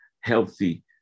healthy